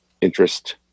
interest